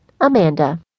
Amanda